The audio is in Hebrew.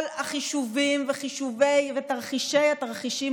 כל החישובים וחישובי ותרחישי התרחישים